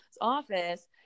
office